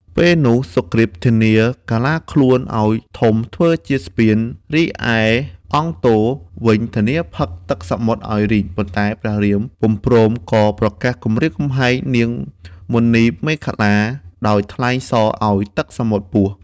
ពេលនោះសុគ្រីពធានាកាឡាខ្លួនឱ្យធំធ្វើជាស្ពាន រីឯអង្គទ វិញធានាផឹកទឹកសមុទ្រឱ្យរីង ប៉ុន្តែ ព្រះរាមពុំព្រម ក៏ប្រកាសគំរាមកំហែងនាងមណីមេខល្លា ដោយថ្លែងសរឱ្យទឹកសមុទ្រពុះ។